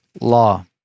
law